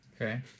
Okay